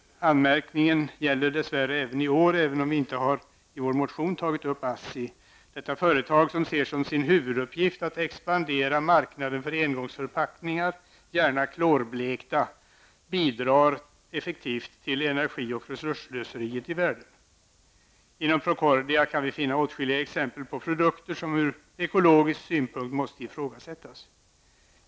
Anmärkningen hjälper dess värre även i år, även om vi i vår motion inte har berört ASSI. Det är ett företag som ser som sin huvuduppgift att expandera marknaden för engångsförpackningar, gärna klorblekta. Detta bidrar till energi och resursslöseriet i världen. Inom Procordia kan vi finna åtskilliga exempel på produkter som ur ekologisk synpunkt måste ifrågasättas.